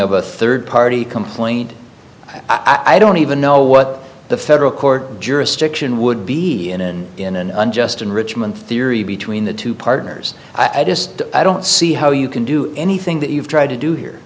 of a third party complaint i don't even know what the federal court jurisdiction would be in and in an unjust enrichment theory between the two partners i just i don't see how you can do anything that you've tried to do here